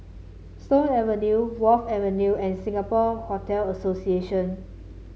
Stone Avenue Wharf Avenue and Singapore Hotel Association